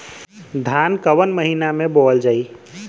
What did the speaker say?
धान कवन महिना में बोवल जाई?